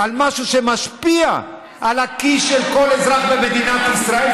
על משהו שמשפיע על הכיס של כל אזרח במדינת ישראל,